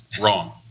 wrong